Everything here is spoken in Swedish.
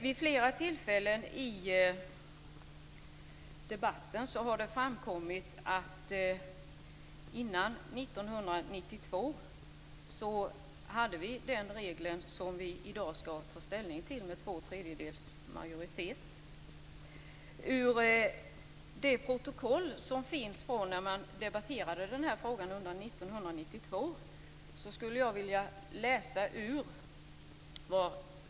Vid flera tillfällen i debatten har det framkommit att vi före 1992 hade den regel som vi i dag skall ta ställning till, dvs. att det krävs två tredjedels majoritet. Jag skulle vilja läsa innantill ur det protokoll från 1992 där frågan debatterades.